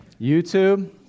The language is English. YouTube